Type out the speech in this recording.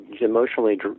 emotionally